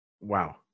Wow